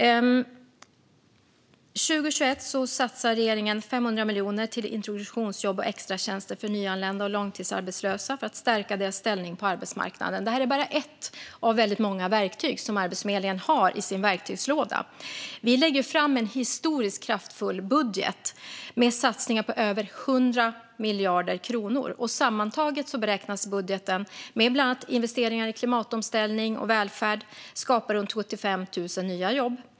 År 2021 satsar regeringen 500 miljoner kronor på introduktionsjobb och extratjänster för nyanlända och långtidsarbetslösa för att stärka deras ställning på arbetsmarknaden. Detta är bara ett av väldigt många verktyg som Arbetsförmedlingen har i sin verktygslåda. Vi lägger fram en historiskt kraftfull budget med satsningar på över 100 miljarder kronor. Sammantaget beräknas budgeten, med bland annat investeringar i klimatomställning och välfärd, skapa runt 75 000 nya jobb.